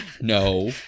No